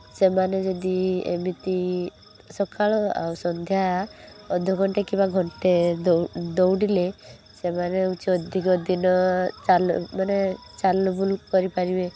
ସେମାନେ ଯଦି ଏମିତି ସକାଳ ଆଉ ସନ୍ଧ୍ୟା ଅଧ ଘଣ୍ଟେ କିମ୍ବା ଘଣ୍ଟେ ଦୌଡ଼ିଲେ ସେମାନେ ହଉଚି ଅଧିକ ଦିନ ଚାଲ ମାନେ ଚାଲ ବୁଲ କରିପାରିବେ